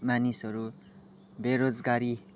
मानिसहरू बेरोजगारी